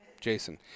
Jason